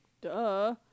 Duh